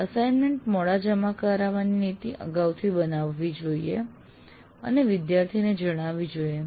assignment મોડા જમા કરાવવાની નીતિ અગાઉથી બનાવવી જોઈએ અને વિદ્યાર્થીને જણાવવી જોઈએ